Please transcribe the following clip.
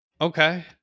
Okay